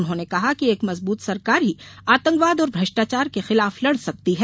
उन्होंने कहा कि एक मजबूत सरकार ही आतंकवाद और भ्रष्टाचार के खिलाफ लड़ सकती है